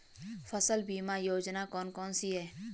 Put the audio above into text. फसल बीमा योजनाएँ कौन कौनसी हैं?